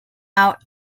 out